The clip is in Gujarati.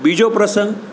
બીજો પ્રસંગ